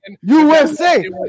USA